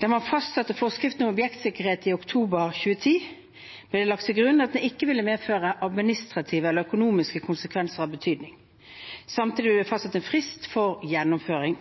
Da man fastsatte forskriften om objektsikkerhet i oktober 2010, ble det lagt til grunn at den ikke ville medføre administrative eller økonomiske konsekvenser av betydning. Samtidig ble det fastsatt en frist for gjennomføring.